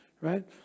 right